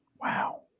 wow